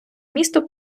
місто